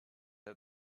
had